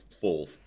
full